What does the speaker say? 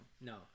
no